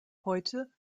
heute